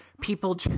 people